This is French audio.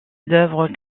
d’œuvres